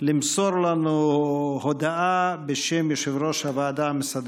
למסור לנו הודעה בשם יושב-ראש הוועדה המסדרת.